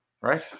right